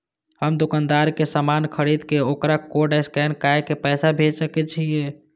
हम दुकानदार के समान खरीद के वकरा कोड स्कैन काय के पैसा भेज सके छिए?